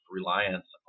reliance